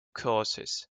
courses